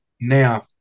now